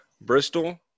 bristol